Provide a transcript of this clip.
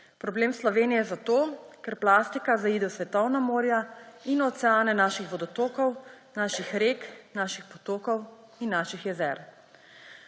Problem Slovenije je zato, ker plastika zaide v svetovna morja in oceane; v naše vodotoke, naše reke, naše potoke in naša jezera.